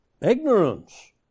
Ignorance